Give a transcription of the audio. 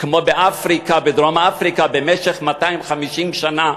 כמו באפריקה, בדרום-אפריקה, במשך 250 שנה,